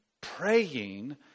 praying